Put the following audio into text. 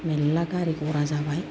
मेरला गारि ग'रा जाबाय